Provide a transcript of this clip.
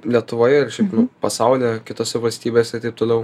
lietuvoje ir šiaip jau pasaulyje kitose valstybėse ir taip toliau